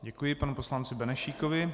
Děkuji panu poslanci Benešíkovi.